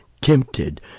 tempted